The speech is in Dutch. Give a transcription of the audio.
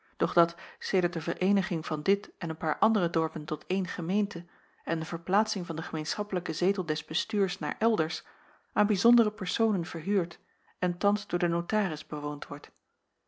doch dat sedert de vereeniging van dit en een paar andere dorpen tot ééne gemeente en de verplaatsing van den gemeenschappelijken zetel des bestuurs naar elders aan bijzondere personen verhuurd en thans door den notaris bewoond wordt